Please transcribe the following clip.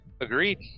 Agreed